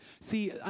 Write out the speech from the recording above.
See